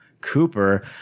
Cooper